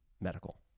medical